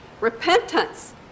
repentance